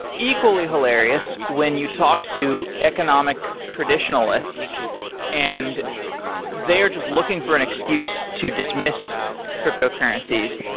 equally hilarious when you talk to economic traditionalists and they are just looking for an excuse to dismiss cryptocurrencies.